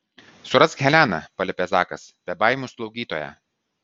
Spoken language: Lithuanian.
surask heleną paliepia zakas bebaimių slaugytoją